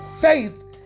faith